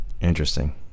Interesting